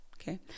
Okay